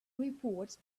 report